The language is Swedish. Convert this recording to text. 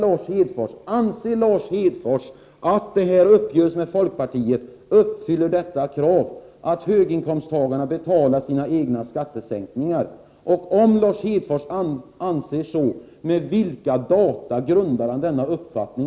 Anser Lars Hedfors att uppgörelsen med folkpartiet uppfyller kravet att höginkomsttagarna betalar sina egna skattesänkningar? I så fall: på vilka data grundar han denna uppfattning?